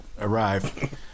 arrive